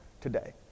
today